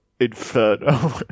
inferno